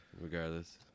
Regardless